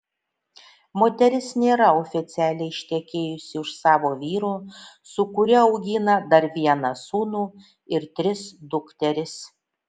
moteris nėra oficialiai ištekėjusi už savo vyro su kuriuo augina dar vieną sūnų ir tris dukteris